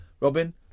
Robin